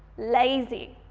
lazy,